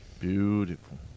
Beautiful